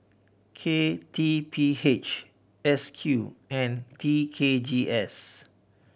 K T P H S Q and T K G S